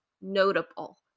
notable